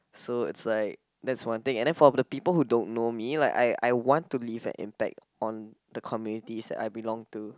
so it's like that's one thing and then for of people who don't know me like I I want to leave an impact on the communities that I belong to